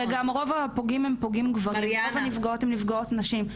רוב הפוגעים הם גברים ורוב הנפגעות הן נפגעות נשים,